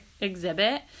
exhibit